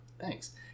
Thanks